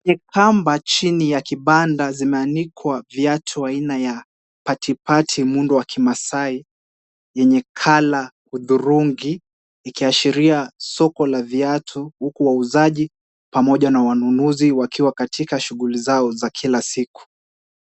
Kamba chini ya kibanda zimeanikwa viatu aina ya pati pati muundo wa kimaasai yenye color hudhurungi ikiashiria soko la viatu, huku wauzaji pamoja na wanunuzi wakiwa katika shughuli zao za kila siku.